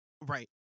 Right